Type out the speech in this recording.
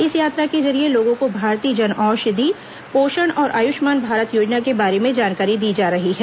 इस यात्रा के जरिये लोगों को भारतीय जनऔषधि पोषण और आयुष्मान भारत योजना के बारे में जानकारी दी जा रही है